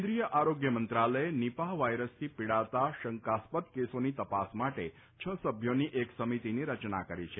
કેન્દ્રિય આરોગ્ય મંત્રાલયે નીપાહ વાયરસથી પીડાતા શંકાસ્પદ કેસોની તપાસ માટે છ સભ્યોની એક સમિતિની રચના કરી છે